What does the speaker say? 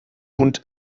hund